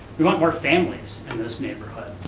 we want more families in this neighborhood.